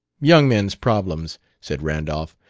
young men's problems, said randolph.